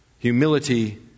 Humility